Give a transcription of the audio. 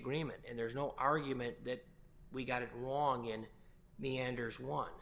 agreement and there is no argument that we got it wrong in the ender's one